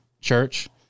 church